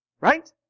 right